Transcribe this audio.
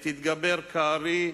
עת התגבר כארי,